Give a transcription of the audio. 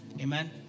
Amen